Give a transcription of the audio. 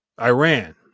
Iran